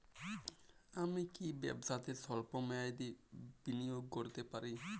আমি কি ব্যবসাতে স্বল্প মেয়াদি বিনিয়োগ করতে পারি?